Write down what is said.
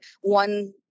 one